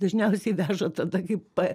dažniausiai veža tada kai pa